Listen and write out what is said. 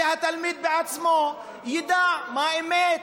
והתלמיד בעצמו ידע מה האמת,